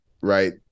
right